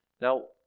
Now